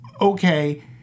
okay